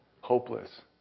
hopeless